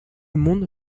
monde